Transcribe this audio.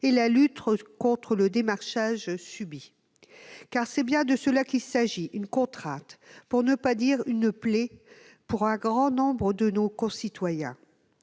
et la lutte contre le démarchage subi. Car c'est bien de cela qu'il s'agit : une contrainte, pour ne pas dire une plaie, pour un grand nombre de nos concitoyens